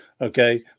Okay